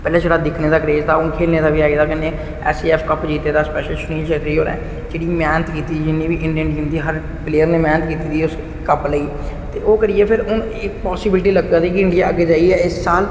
पैहलें सिर्फ दिक्खने दा क्रेज हा हून खैलने दा बी आई गेदा ऐ कन्ने एस सी एफ कप जित्ते दा स्पेशली सुनील सेट्टी होरे बड़ी महेनत कीती इंड़ियन टीम दी हर प्लेयर ने मैहनत कीती दी उस कप लेई ते ओह् करिये फिर हून एह् पासिबिलटी लग्गा दी कि इंडिया अग्गे जाइये इस साल